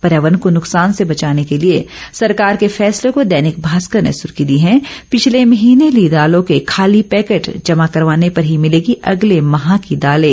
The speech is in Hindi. पर्यावरण को नुकसान से बचाने के लिए सरकार के फैसले को दैनिक भास्कर ने सुर्खी दी है पिछले महीने ली दालों के खाली पैकेट जमा करवाने पर ही मिलेगी अगले माह की दालें